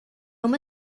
uma